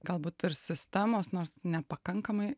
galbūt ir sistemos nors nepakankamai